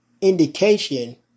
indication